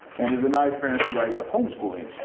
and it denies parents the right of homeschooling.